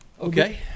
Okay